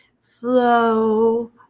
Flow